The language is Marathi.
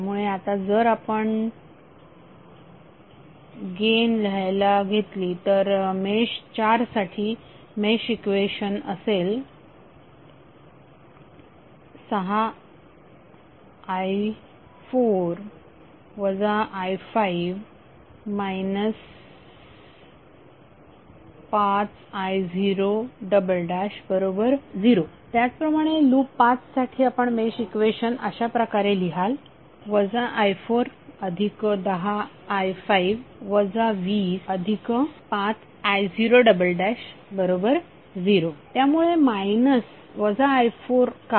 त्यामुळे आता जर आपण गेन लिहायला घेतली तर मेश 4 साठी मेश इक्वेशन असेल 6i4 i5 5i00 त्याच प्रमाणे लूप 5 साठी आपण मेश इक्वेशन अशाप्रकारे लिहाल i410i5 205i00 त्यामुळे i4 का